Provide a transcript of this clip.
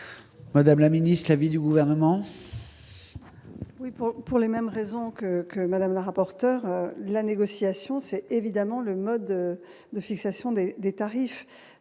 Madame la ministre, la vie du gouvernement.